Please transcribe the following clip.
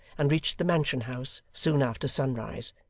and reached the mansion house soon after sunrise.